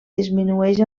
disminueix